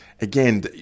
again